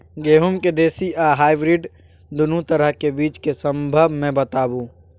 गेहूँ के देसी आ हाइब्रिड दुनू तरह के बीज के संबंध मे बताबू?